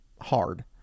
hard